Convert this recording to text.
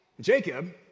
Jacob